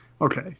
okay